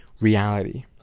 reality